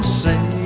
say